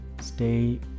stay